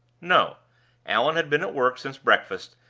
no allan had been at work since breakfast,